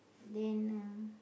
then uh